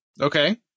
Okay